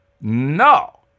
No